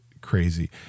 crazy